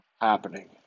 happening